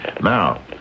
Now